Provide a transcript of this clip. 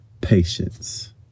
patience